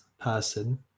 person